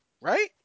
right